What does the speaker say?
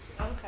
Okay